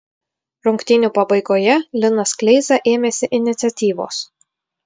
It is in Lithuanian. rungtynių pabaigoje linas kleiza ėmėsi iniciatyvos